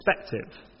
perspective